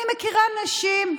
אני מכירה אנשים,